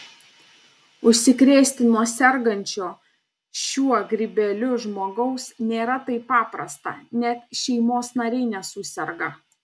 užsikrėsti nuo sergančio šiuo grybeliu žmogaus nėra taip paprasta net šeimos nariai nesuserga